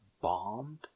bombed